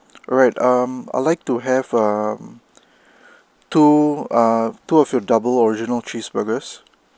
alright um I'd like to have um two ah two of your double original cheeseburgers